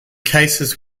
cases